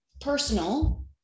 personal